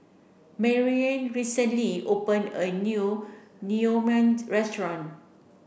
Maryanne recently opened a new Naengmyeon restaurant